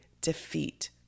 defeat